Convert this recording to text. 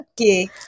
okay